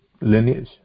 lineage